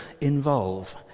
involve